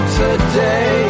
today